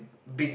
big